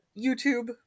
YouTube-